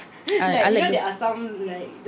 I I like this